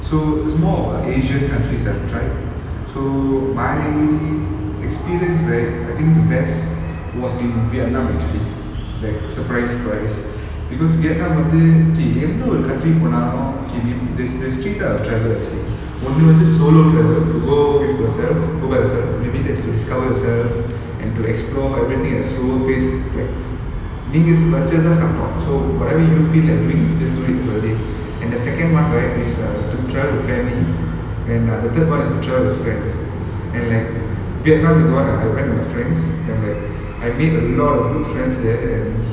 so it's more of err asian countries that I've tried so my experience right I think the best was in vietnam actually like surprise surprise because vietnam வந்து:vanthu K ma~ there there's three types of travel actually ஒண்ணு வந்து:onnu vanthu solo travel to go with yourself go by yourself maybe that's to discover yourself and to explore everything at slower pace like நீங்க வச்சது தான் சட்டம்:neenga vachathu thaan sattam so whatever you feel like doing just do it and the second one right is err to travel with family and err the third one is to travel with friends and like vietnam is the one that I went with my friends and like I made a lot of good friends there and